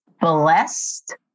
Blessed